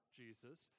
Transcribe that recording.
jesus